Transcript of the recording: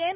N